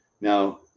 Now